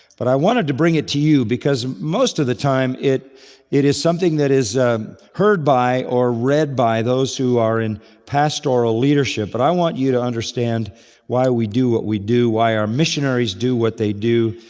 but i wanted to bring it to you because most of the time it it is something that is heard by or read by those who are in pastoral leadership, but i want you to understand why we do what we do, why our missionaries do what they do,